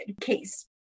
case